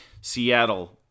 Seattle